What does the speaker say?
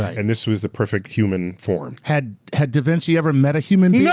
and this was the perfect human form. had had da vinci ever met a human you know